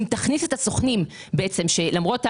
אם תכניס את הסוכנים שוב,